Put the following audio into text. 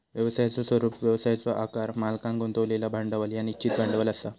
व्यवसायाचो स्वरूप, व्यवसायाचो आकार, मालकांन गुंतवलेला भांडवल ह्या निश्चित भांडवल असा